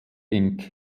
inc